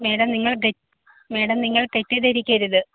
madam നിങ്ങൾ അതെ madam നിങ്ങൾ തെറ്റിദ്ധരിക്കരുത്